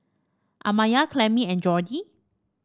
Amaya Clemmie and Jordy